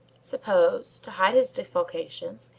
suppose to hide his defalcations,